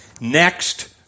next